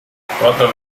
toată